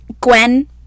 Gwen